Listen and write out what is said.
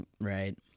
Right